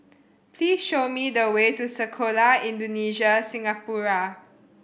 please show me the way to Sekolah Indonesia Singapura